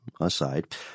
aside